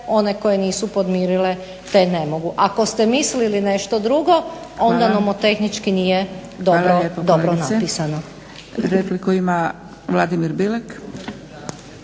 one koje nisu podmirile te ne mogu. Ako ste mislili nešto drugo onda nomotehnički nije dobro napisano.